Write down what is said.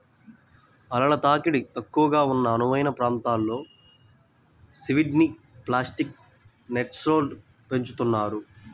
అలల తాకిడి తక్కువగా ఉన్న అనువైన ప్రాంతంలో సీవీడ్ని ప్లాస్టిక్ నెట్స్లో పెంచుతున్నారు